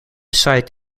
site